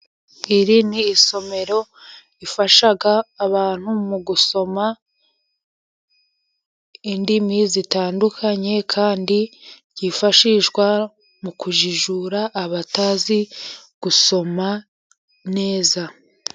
Iri ni isomero rifasha abantu mu gusoma indimi zitandukanye, kandi ryifashishwa mu kujijura abatazi gusoma neza.